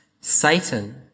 Satan